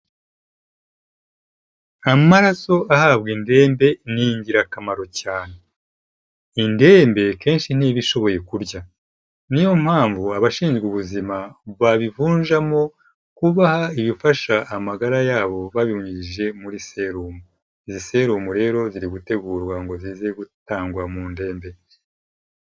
Amaraso ahabwa indembe ni ingirakamaro cyane, indembe kenshi niba ishoboye kurya, ni yo mpamvu abashinzwe ubuzima babivunjamo kubaha ibifasha amagara yabo babinyujije muri serumo, izi serumu rero ziri gutegurwa ngo zize gutangwa mu ndende.